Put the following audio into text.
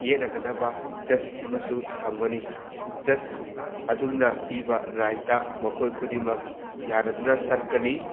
ꯌꯦꯠꯅꯗꯅꯕ ꯖꯁ ꯑꯃꯁꯨ ꯊꯝꯒꯅꯤ ꯖꯁ ꯑꯗꯨꯅ ꯄꯤꯕ ꯔꯥꯏꯗ ꯃꯈꯣꯏ ꯈꯨꯗꯤꯡꯃꯛ ꯌꯥꯅꯗꯨꯅ ꯆꯠꯀꯅꯤ